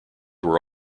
were